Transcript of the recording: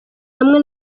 hamwe